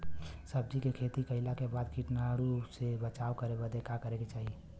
सब्जी के खेती कइला के बाद कीटाणु से बचाव करे बदे का करे के चाही?